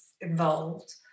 involved